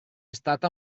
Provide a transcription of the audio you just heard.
stata